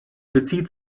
bezieht